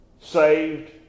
Saved